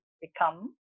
become